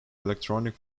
electronic